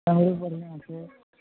कैमरो बढ़िआँ छै